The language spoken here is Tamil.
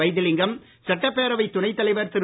வைத்திலிங்கம் சட்டப்பேரவை துணை தலைவர் திரு